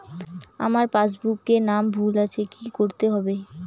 আমার পাসবুকে নাম ভুল আছে কি করতে হবে?